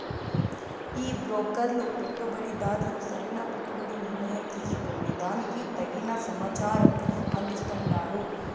ఈ బ్రోకర్లు పెట్టుబడిదార్లు సరైన పెట్టుబడి నిర్ణయం తీసుకునే దానికి తగిన సమాచారం అందిస్తాండారు